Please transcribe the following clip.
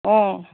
অঁ